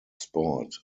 sport